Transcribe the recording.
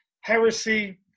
Heresy